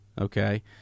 okay